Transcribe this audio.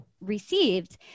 received